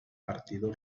partido